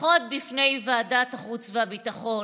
לפחות בפני ועדת החוץ והביטחון.